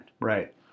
Right